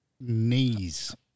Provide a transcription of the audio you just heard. knees